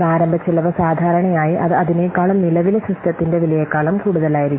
പ്രാരംഭ ചെലവ് സാധാരണയായി അത് അതിനേക്കാളും നിലവിലെ സിസ്റ്റത്തിന്റെ വിലയേക്കാളും കൂടുതലായിരിക്കും